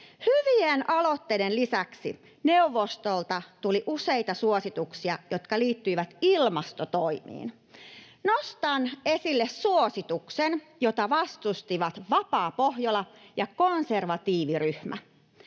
Hyvien aloitteiden lisäksi neuvostolta tuli useita suosituksia, jotka liittyivät ilmastotoimiin. Nostan esille suosituksen, jota vastustivat Vapaa Pohjola ja konservatiiviryhmä: